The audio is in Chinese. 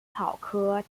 莎草科